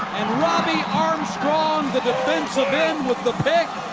and robbie armstrong, the defensive end with the pick.